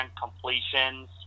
completions